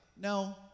No